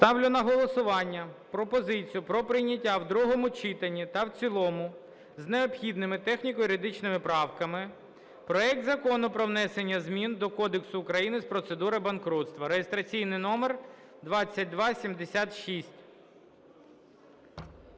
Ставлю на голосування пропозицію про прийняття в другому читанні та в цілому з необхідними техніко-юридичними правками проект Закону про внесення змін до Кодексу України з процедури банкрутства (реєстраційний номер 2276).